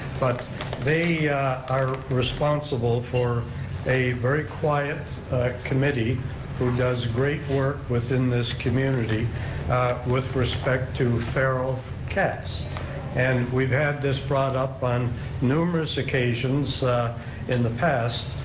but they are responsible for a very quiet committee who does great work within this community with respect to feral cats and we've had this brought up on numerous occasions in the past,